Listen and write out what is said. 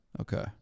Okay